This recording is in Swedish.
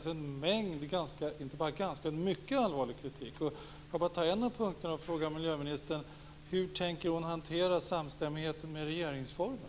Det finns alltså mycket, och mycket allvarlig, kritik. Jag väljer en av punkterna, och frågar: Hur tänker miljöministern hantera samstämmigheten med regeringsformen?